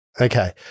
Okay